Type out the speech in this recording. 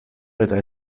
eta